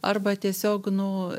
arba tiesiog nu